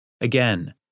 Again